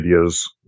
ideas